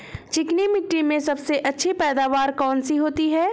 चिकनी मिट्टी में सबसे अच्छी पैदावार कौन सी होती हैं?